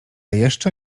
jeszcze